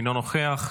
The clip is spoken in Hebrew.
אינו נוכח,